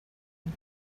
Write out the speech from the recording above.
and